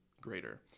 greater